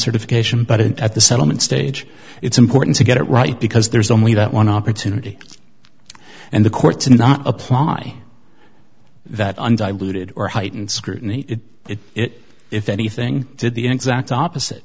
ification but at the settlement stage it's important to get it right because there's only that one opportunity and the court to not apply that undiluted or heightened scrutiny it if anything did the exact opposite